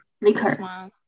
Liquor